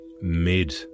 mid